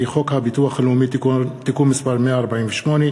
הצעת חוק הביטוח הלאומי (תיקון מס' 148),